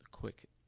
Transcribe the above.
quick